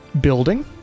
building